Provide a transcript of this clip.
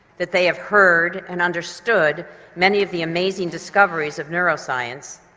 that they have heard and understood many of the amazing discoveries of neuroscience,